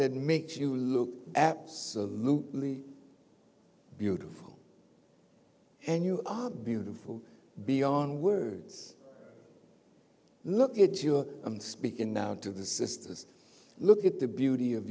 that makes you look absolutely beautiful and you are beautiful beyond words look at your i'm speaking now to the sisters look at the beauty of